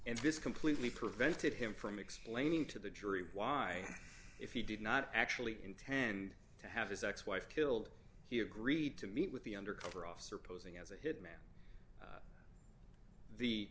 and this completely prevented him from explaining to the jury why if he did not actually intend to have his ex wife killed he agreed to meet with the undercover officer posing as a hitman